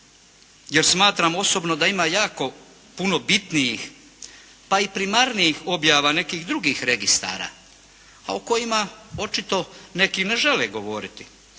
jer smatram osobno da ima jako puno bitnijih pa i primarnijih objava nekih drugih registara, a o kojima očito neki ne žele govoriti.